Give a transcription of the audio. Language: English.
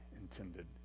intended